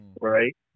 Right